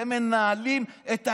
אתם מנהלים את האירוע.